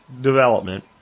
development